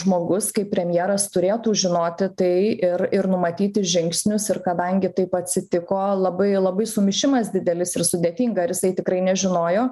žmogus kaip premjeras turėtų žinoti tai ir ir numatyti žingsnius ir kadangi taip atsitiko labai labai sumišimas didelis ir sudėtinga ar jisai tikrai nežinojo